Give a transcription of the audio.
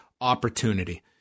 opportunity